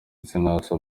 sinabasha